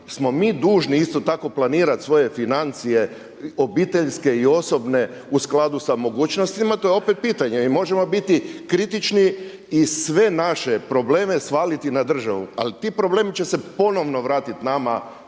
smo mi dužni isto tako planirati svoje financije obiteljske i osobne u skladu sa mogućnostima to je opet pitanje. I možemo biti kritični i sve naše probleme svaliti na državu ali ti problemi će se ponovno vratiti nama